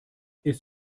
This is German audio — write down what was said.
ist